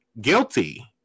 guilty